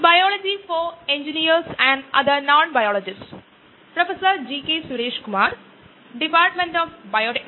bio റിയാക്ടറുകളെക്കുറിച്ചുള്ള ഈ NPTEL online certification കോഴ്സിലെ പ്രഭാഷണം 7 ലേക്ക് സ്വാഗതം